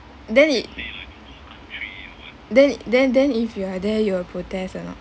then it then then then if you are there you will protest or not